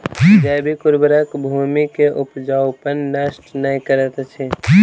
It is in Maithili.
जैविक उर्वरक भूमि के उपजाऊपन नष्ट नै करैत अछि